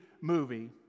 movie